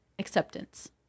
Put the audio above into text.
acceptance